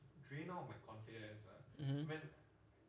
mmhmm